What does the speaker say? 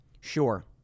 Sure